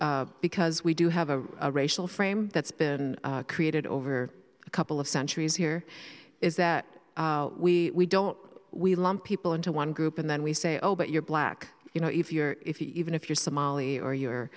because we do have a racial frame that's been created over a couple of centuries here is that we don't we lump people into one group and then we say oh but you're black you know if you're if you even if you're somali or you